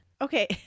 Okay